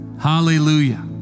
Hallelujah